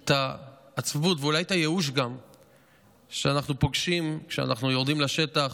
את העצבות ואולי גם את הייאוש שאנחנו פוגשים כשאנחנו יורדים לשטח,